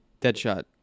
Deadshot